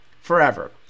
forever